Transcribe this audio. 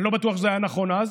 אני לא בטוח שזה היה נכון אז.